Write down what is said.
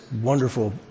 Wonderful